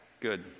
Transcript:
Good